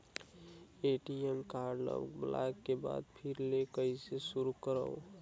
ATM card ल block के बाद फिर ले कइसे शुरू करव?